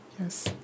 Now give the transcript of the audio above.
yes